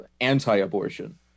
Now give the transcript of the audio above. anti-abortion